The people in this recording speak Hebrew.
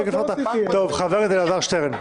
חבר הכנסת אלעזר שטרן,